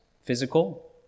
physical